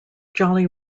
jolly